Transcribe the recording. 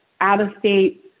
out-of-state